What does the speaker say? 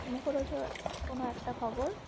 মুখরোচক কোনো একটা খবর